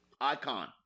Icon